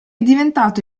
diventato